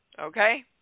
Okay